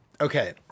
okay